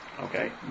Okay